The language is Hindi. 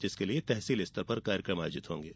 जिसके लिए तहसील स्तर पर कार्यक्रम आयोजित होंगे